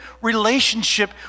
relationship